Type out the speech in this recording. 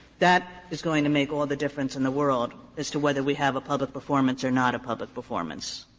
that is going to make all the difference in the world as to whether we have a public performance or not a public performance.